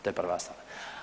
To je prva stvar.